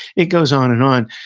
it goes on and on.